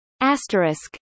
asterisk